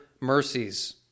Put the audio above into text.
mercies